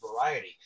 variety